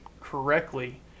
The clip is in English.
correctly